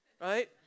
right